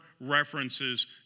references